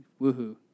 woohoo